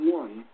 one